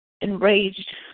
Enraged